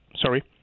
Sorry